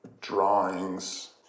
drawings